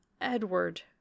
Edward